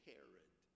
Herod